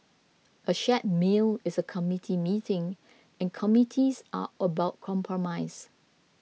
a shared meal is a committee meeting and committees are about compromise